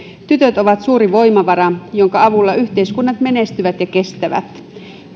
tytöt ovat suuri voimavara jonka avulla yhteiskunnat menestyvät ja kestävät